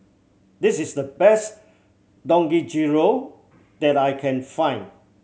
this is the best Dangojiru that I can find